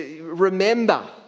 remember